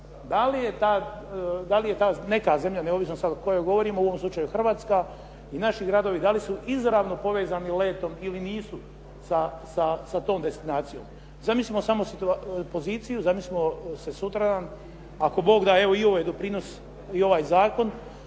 Da li je ta neka zemlja, neovisno sad o kojoj govorimo, u ovom slučaju Hrvatska i naši gradovi, da li su izravno povezani letom ili nisu sa tom destinacijom? Zamislimo samo poziciju, zamislimo se sutradan, ako Bog da, evo i ovaj doprinos i ovaj zakon,